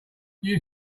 you